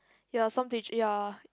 ya some teach ya